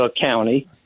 County